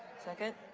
second.